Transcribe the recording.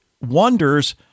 wonders